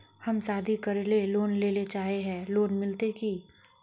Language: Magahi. हम शादी करले लोन लेले चाहे है लोन मिलते की?